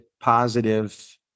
positive